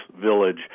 village